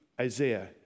Isaiah